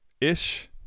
ish